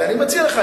אני מציע לך,